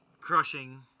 crushing